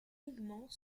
uniquement